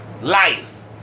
life